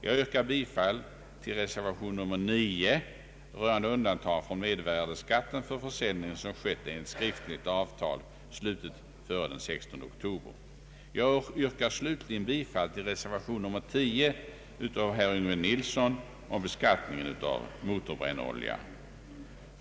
Jag yrkar bifall till reservation nr 9 rörande undantag från mervärdeskatt för försäljning som skett enligt skriftligt avtal vilket slutits före den 16 oktober. Jag yrkar slutligen bifall till reservation nr 10 av herr Yngve Nilsson m.fl. om beskattning av motorbrännolja.